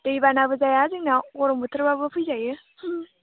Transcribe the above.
दै बानाबो जाया जोंनाव गरम बोथोरबाबो फैजायो